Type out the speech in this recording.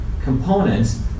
components